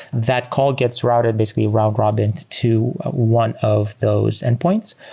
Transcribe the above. that call gets routed basically round-robin to one of those endpoints.